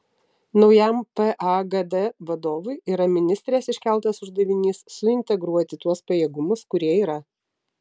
naujam pagd vadovui yra ministrės iškeltas uždavinys suintegruoti tuos pajėgumus kurie yra